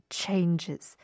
changes